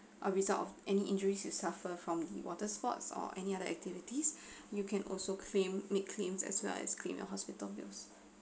a result of any injuries you suffer from water sports or any other activities you can also claim make claims as well as claim your hospital bills